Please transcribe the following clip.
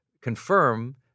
confirm